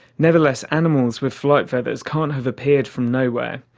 nevertheless, animals with flight feathers can't have appeared from nowhere,